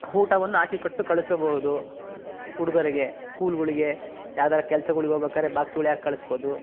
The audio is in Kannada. ಊಟವನ್ನ ಹಾಕಿಕೊಟ್ಟು ಕಳಿಸಬೋದು ಹುಡುಗರಿಗೆ ಸ್ಕೂಲ್ಗಳಿಗೆ ಯಾವ್ದಾರ ಕೆಲ್ಸಗಳಿಗೋಗ್ಬೇಕಾರೆ ಬಾಕ್ಸ್ಗಳು ಹಾಕಿ ಕಳಿಸ್ಬೋದು